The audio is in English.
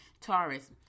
Taurus